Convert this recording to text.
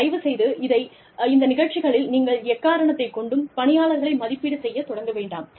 தயவுசெய்து இந்த நிகழ்ச்சிகளில் நீங்கள் எக்காரணத்தைக் கொண்டும் பணியாளர்களை மதிப்பீடு செய்யத் தொடங்க வேண்டாம்